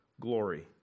glory